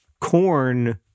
corn